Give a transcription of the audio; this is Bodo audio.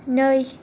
नै